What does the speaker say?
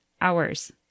hours